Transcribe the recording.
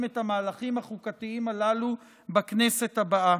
את המהלכים החוקתיים הללו בכנסת הבאה.